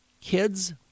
Kids